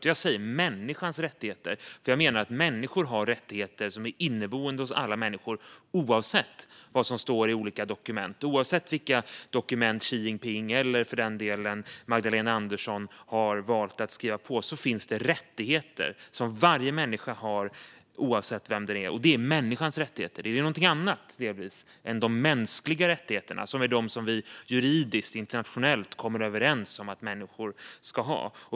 Och jag säger människans rättigheter, för jag menar att människor har rättigheter som är inneboende hos alla människor, oavsett vad som står i olika dokument. Oavsett vilka dokument Xi Jinping eller för den delen Magdalena Andersson har valt att skriva på finns det rättigheter som varje människa har, oavsett vem det är. Det är människans rättigheter, och det är delvis någonting annat än de mänskliga rättigheterna, som vi juridiskt och internationellt kommer överens om att människor ska ha.